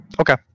Okay